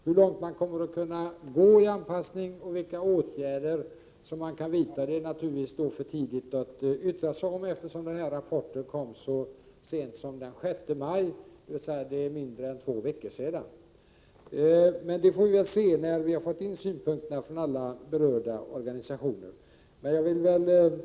Hur långt man kommer att kunna gå i anpassning och vilka åtgärder som man kan vidta är det naturligtvis för tidigt att yttra sig om, eftersom rapporten kom så sent som den 6 maj, dvs. för mindre än två veckor sedan. Vi får väl se, när vi har fått in synpunkterna från alla berörda organisationer, hurudan anpassningen kan bli.